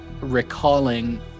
Recalling